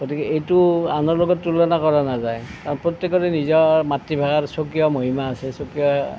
গতিকে এইটো আনৰ লগত তুলনা কৰা নাযায় প্ৰত্যেকৰে নিজৰ মাতৃভাষাৰ স্বকীয় মহিমা আছে স্বকীয়